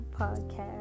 podcast